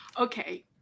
Okay